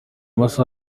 amasaha